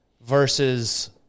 versus